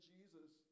Jesus